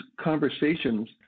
conversations